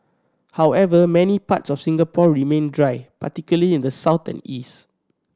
however many parts of Singapore remain dry particularly in the south and east